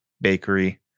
bakery